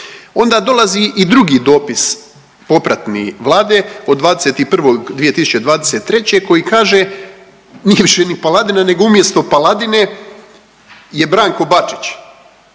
Onda dolazi i drugi dopis, popratni Vlade od 21. 2023. koji kaže nije više ni Paladina nego umjesto Pladine je Branko Bačić